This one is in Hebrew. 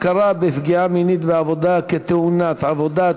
הכרה בפגיעה מינית בעבודה כתאונת עבודה),